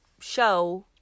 show